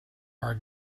are